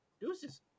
deuces